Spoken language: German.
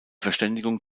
verständigung